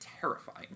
terrifying